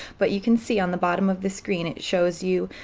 but you can see on the bottom of the screen, it shows you